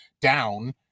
down